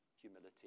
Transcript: humility